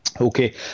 Okay